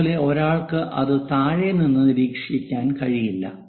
അതുപോലെ ഒരാൾക്ക് അത് താഴെ നിന്ന് നിരീക്ഷിക്കാൻ കഴിയില്ല